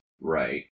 Right